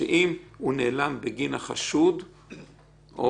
בתיקון החסד"פ,